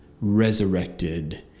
resurrected